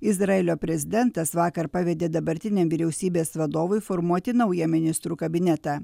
izraelio prezidentas vakar pavedė dabartiniam vyriausybės vadovui formuoti naują ministrų kabinetą